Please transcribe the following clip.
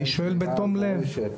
אני שואל בתום לב.